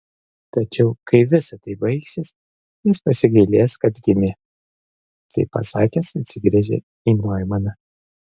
tačiau kai visa tai baigsis jis pasigailės kad gimė tai pasakęs atsigręžė į noimaną